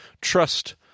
Trust